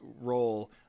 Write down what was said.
role